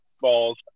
balls